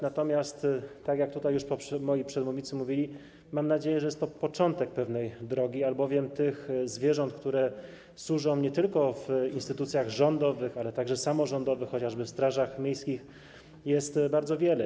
Natomiast tak jak już mówili moi przedmówcy, mam nadzieję, że jest to początek pewnej drogi, albowiem zwierząt, które służą nie tylko w instytucjach rządowych, ale także samorządowych, chociażby w strażach miejskich, jest bardzo wiele.